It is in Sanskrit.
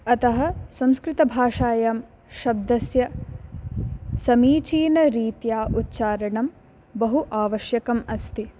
अतः संस्कृतभाषायां शब्दस्य समीचीनरीत्या उच्चारणं बहु आवश्यकम् अस्ति